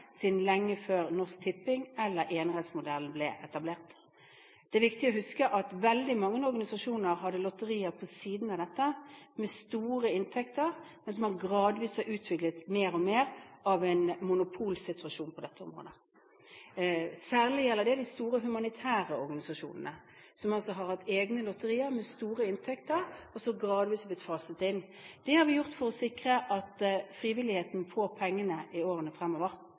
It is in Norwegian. siden lenge før Norsk Tipping eller enerettsmodellen ble etablert. Det er viktig å huske at veldig mange organisasjoner hadde lotterier på siden av dette, med store inntekter, mens man gradvis har utviklet mer og mer av en monopolsituasjon på dette området. Særlig gjelder det de store humanitære organisasjonene, som altså har hatt egne lotterier med store inntekter, og som gradvis er blitt faset inn. Det har vi gjort for å sikre at frivilligheten får pengene i årene fremover.